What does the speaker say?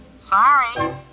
sorry